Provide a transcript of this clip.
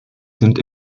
sind